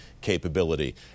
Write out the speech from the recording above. capability